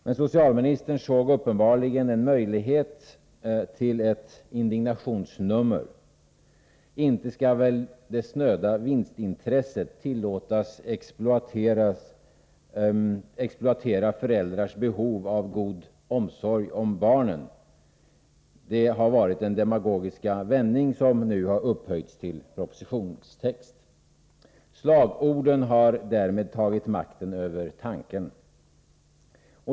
Men socialministern såg uppenbarligen en möjlighet till ett indignationsnummer. ”Inte skall väl det snöda vinstintresset tillåtas exploatera föräldrars behov av god omsorg om barnen”, har varit den demagogiska vändning som nu har upphöjts till propositionstext. Slagorden har därmed tagit makten över tanken.